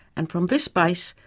and from this base,